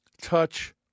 touch